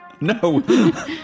No